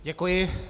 Děkuji.